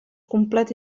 complet